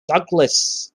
douglas